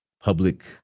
public